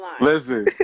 Listen